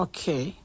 Okay